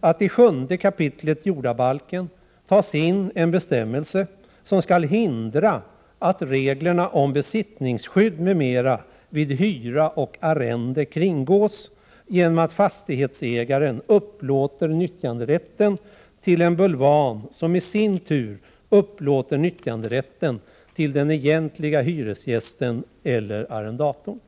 att i 7 kap. jordabalken tas in en bestämmelse som skall hindra att reglerna om besittningsskydd m.m. vid hyra och arrende kringgås genom att fastighetsägaren upplåter nyttjanderätten till en bulvan, som i sin tur upplåter nyttjanderätten till den egentlige hyresgästen eller arrendatorn.